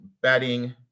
betting